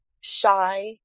shy